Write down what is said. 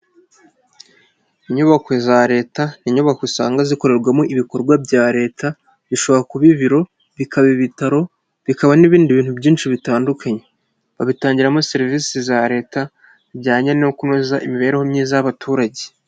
Inyubako za leta ni inyubako usanga zikorerwamo ibikorwa bya leta bishobora kuba ibiro, bikaba ibitaro, bikaba n'ibindi bintu byinshi bitandukanye, babitangiramo serivisi za leta zijyanye no kunoza imibereho myiza y'abaturage.